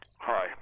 Hi